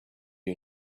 you